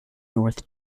north